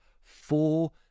four